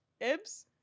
ibs